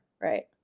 right